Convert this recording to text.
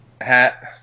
hat